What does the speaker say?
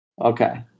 Okay